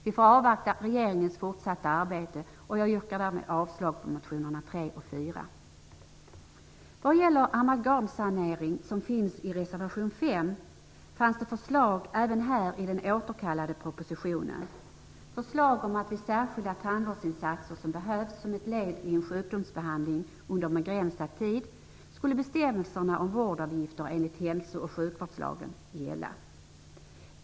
Vi får avvakta regeringens fortsatta arbete, och jag yrkar därmed avslag på reservationerna 3 och 4. Vad gäller amalgamsanering, som behandlas i reservation 5, fanns det även här förslag i den återkallade propositionen. Det föreslogs att vid särskilda tandvårdsinsatser, som behövs som ett led i en sjukdomsbehandling under en begränsad tid, skulle bestämmelserna om vårdavgifter enligt hälso och sjukvårdslagen gälla.